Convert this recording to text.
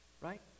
right